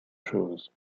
chose